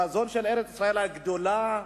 לחזון של ארץ-ישראל הגדולה.